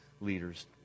leaders